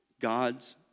God's